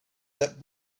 that